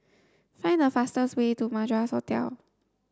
find the fastest way to Madras Hotel